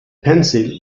pencil